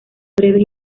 breves